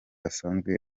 asanzwe